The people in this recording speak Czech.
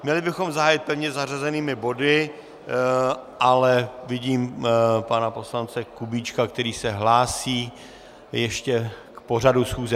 Měli bychom zahájit pevně zařazenými body, ale vidím pana poslance Kubíčka, který se hlásí ještě k pořadu schůze.